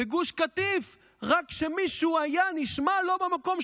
בגוש קטיף רק כשמישהו היה נשמע לא במקום,